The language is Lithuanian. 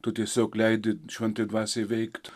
tu tiesiog leidi šventajai dvasiai veikt